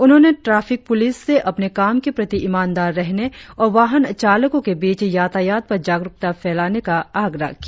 उन्होंने traffic police से अपने काम के प्रति ईमानदार रहने और वाहन चालकों के बीच यातायात पर जागरुकता लाने का आग्रह किया